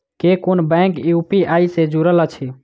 केँ कुन bank UPI सँ जुड़ल अछि?